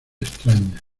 extraña